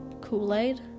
kool-aid